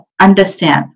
Understand